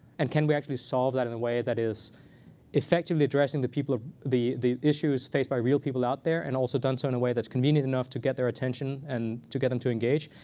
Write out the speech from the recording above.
and can we actually solve that in a way that is effectively addressing the people of the the issues faced by real people out there, and also done so in a way that's convenient enough to get their attention and to get them to engage,